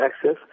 access